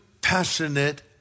passionate